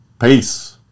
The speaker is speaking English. Peace